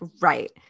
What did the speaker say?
right